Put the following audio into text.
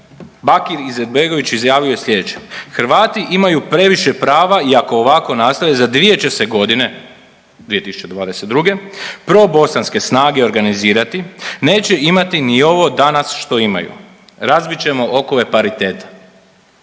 Bakir Izetbegović izjavio je sljedeće: „Hrvati imaju previše prava i ako ovako nastave za dvije će se godine 2022. probosanske snage organizirati, neće imati ni ovo danas što imaju. Razbit ćemo okove pariteta.